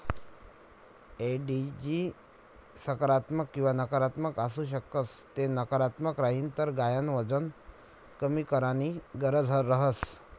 एडिजी सकारात्मक किंवा नकारात्मक आसू शकस ते नकारात्मक राहीन तर गायन वजन कमी कराणी गरज रहस